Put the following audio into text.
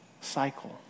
cycle